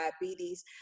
diabetes